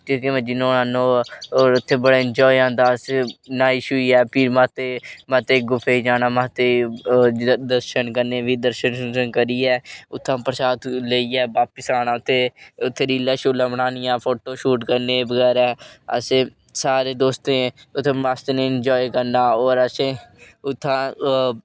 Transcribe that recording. जेहके मर्जी न्होवो और उत्थै बड़ा इनजॅाऐ आंदा अस न्हाई शहाइयै फिर माता दी गुफा गी जाना माता दे दर्शन करने फिह् दर्शन बगैरा करियै उत्थां दा प्रसाद लेइयै बापस आना ते उत्थै रीलां शीलां बनानियां फोटो शूट करने बगैरा असें सारें दोस्तें उत्थै मस्त इनॅजाए करना और असें उत्थां